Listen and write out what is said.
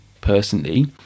personally